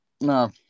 no